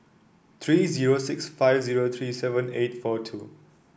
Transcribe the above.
three zero six five zero three seven eight four two